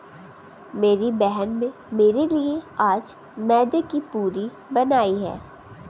मेरी बहन में मेरे लिए आज मैदे की पूरी बनाई है